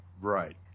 Right